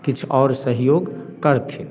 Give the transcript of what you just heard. किछु आओर सहयोग करथिन